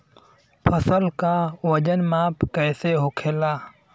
फसल का वजन माप कैसे होखेला?